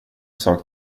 sak